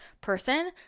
person